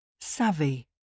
Savvy